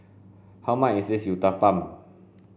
how much is Uthapam